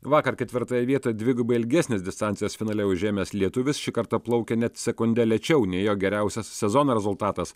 vakar ketvirtąją vietą dvigubai ilgesnės distancijos finale užėmęs lietuvis šį kartą plaukė net sekunde lėčiau nei jo geriausias sezono rezultatas